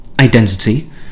identity